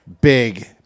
big